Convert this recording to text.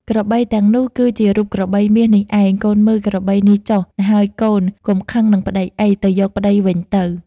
ក្របីទាំងនោះ គឺជារូបក្របីមាសនេះឯង កូនមើលក្របីនេះចុះ ណ្ហើយកូន កុំខឹងនឹងប្តីអី ទៅយកប្តីវិញទៅ។